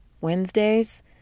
Wednesdays